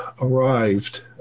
arrived